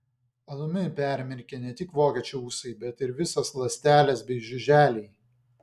alumi permirkę ne tik vokiečio ūsai bet ir visos ląstelės bei žiuželiai